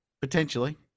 potentially